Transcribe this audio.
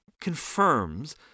confirms